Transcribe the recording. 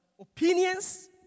opinions